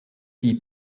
die